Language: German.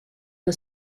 der